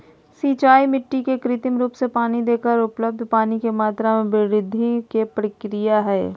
सिंचाई मिट्टी के कृत्रिम रूप से पानी देकर उपलब्ध पानी के मात्रा में वृद्धि के प्रक्रिया हई